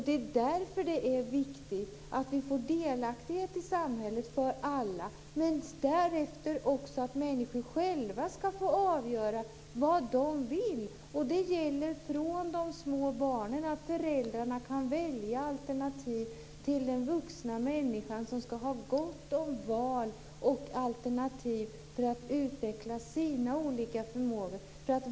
Det är därför det är viktigt att vi får delaktighet i samhället för alla, men också att människor själva ska få avgöra vad de vill. Det gäller från de små barnen, att föräldrarna kan välja alternativ, till den vuxna människan, som ska ha gott om val och alternativ för att utveckla sina olika förmågor.